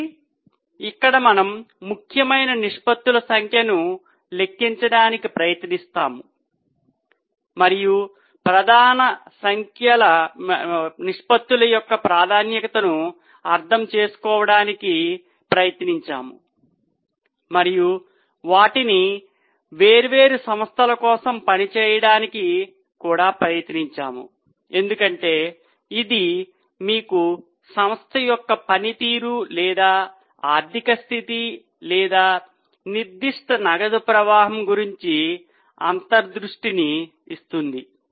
కాబట్టి ఇక్కడ మనము ముఖ్యమైన నిష్పత్తుల సంఖ్యను లెక్కించడానికి ప్రయత్నించాము మరియు ప్రధాన నిష్పత్తుల యొక్క ప్రాముఖ్యతను అర్థం చేసుకోవడానికి ప్రయత్నించాము మరియు వాటిని వేర్వేరు సంస్థల కోసం పని చేయడానికి ప్రయత్నించాము ఎందుకంటే ఇది మీకు సంస్థ యొక్క పనితీరు లేదా ఆర్థిక స్థితి లేదా నిర్దిష్ట నగదు ప్రవాహం గురించి అంతర్దృష్టిని ఇస్తుంది